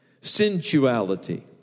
sensuality